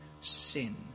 sin